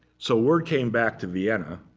so word came back to vienna,